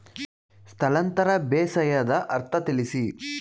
ಸ್ಥಳಾಂತರ ಬೇಸಾಯದ ಅರ್ಥ ತಿಳಿಸಿ?